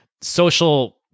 social